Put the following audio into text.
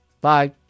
Bye